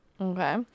Okay